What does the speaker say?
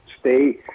stay